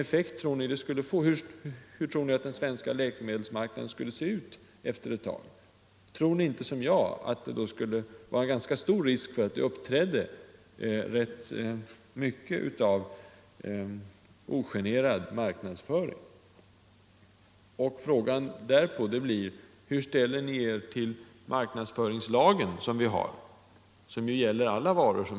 31 Hur tror ni att den svenska läkemedelsmarknaden skulle se ut efter ett tag? Tror ni inte som jag, att det skulle vara stor risk för att det uppträdde rätt mycket av ogenerad marknadsföring? Frågan därefter blir: Hur ställer ni er till marknadsföringslagen, som ju gäller alla varor?